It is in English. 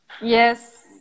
Yes